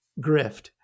grift